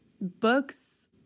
books